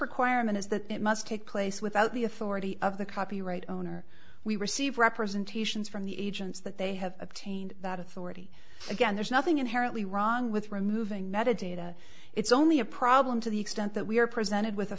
requirement is that it must take place without the authority of the copyright owner we receive representations from the agents that they have obtained that authority again there's nothing inherently wrong with removing metadata it's only a problem to the extent that we are presented with a